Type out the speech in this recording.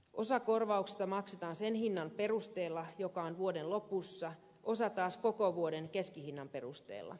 osa korvauksista maksetaan sen hinnan perusteella joka on vuoden lopussa osa taas koko vuoden keskihinnan perusteella